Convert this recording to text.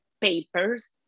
papers